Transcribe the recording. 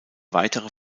weitere